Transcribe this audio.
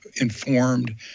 informed